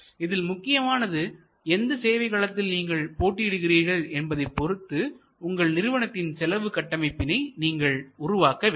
இதில் முக்கியமானது எந்த சேவை களத்தில் நீங்கள் போட்டியிடுகிறார்கள் என்பதைப் பொறுத்து உங்கள் நிறுவனத்தின் செலவு கட்டமைப்பினை நீங்கள் உருவாக்க வேண்டும்